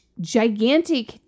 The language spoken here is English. gigantic